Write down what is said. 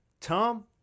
Tom